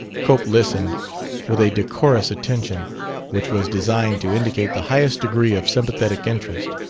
cope listened with a decorous attention which was designed to indicate the highest degree of sympathetic interest